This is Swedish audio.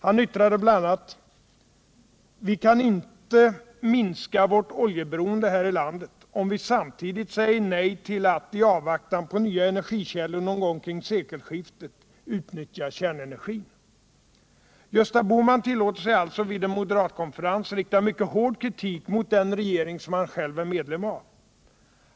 Han yttrade bl.a.: ”Vi kan inte minska vårt oljeberoende här i landet om vi samtidigt säger nej till att, i avvaktan på nya energikällor någon gång kring sekelskiftet, utnyttja kärnenergin.” Gösta Bohman tillåter sig alltså att vid en moderatkonferens rikta mycket hård kritik mot den regering som han själv är medlem av.